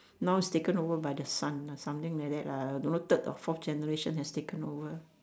now is taken over by the son something like that lah don't know third or fourth generation has taken over